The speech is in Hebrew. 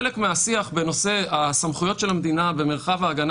חלק מהשיח בנושא הסמכויות של המדינה במרחב ההגנה